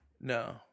No